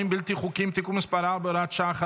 בלתי חוקיים (תיקון מס' 4 והוראת שעה,